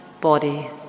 body